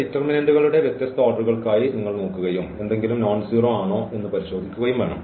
ഡിറ്റർമിനന്റുകളുടെ ഈ വ്യത്യസ്ത ഓർഡറുകൾക്കായി നിങ്ങൾ നോക്കുകയും എന്തെങ്കിലും നോൺസെറോ ആണോ എന്ന് പരിശോധിക്കുകയും വേണം